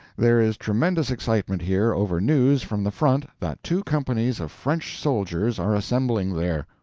there is tremendous excitement here over news from the front that two companies of french soldiers are assembling there.